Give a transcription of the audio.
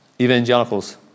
evangelicals